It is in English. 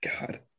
God